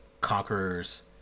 Conqueror's